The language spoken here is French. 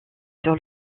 sur